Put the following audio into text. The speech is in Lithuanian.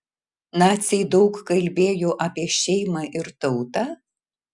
naciai daug kalbėjo apie šeimą ir tautą